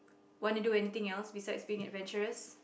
want to do anything else beside being adventurous